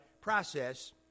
process